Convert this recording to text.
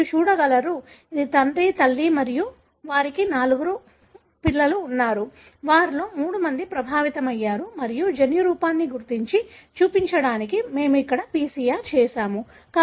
మీరు చూడగలరు ఇది తండ్రి తల్లి మరియు వారికి 4 మంది పిల్లలు ఉన్నారు వారిలో 3 మంది ప్రభావితమయ్యారు మరియు జన్యురూపాన్ని గుర్తించి చూపించడానికి మేము ఈ PCR చేసాము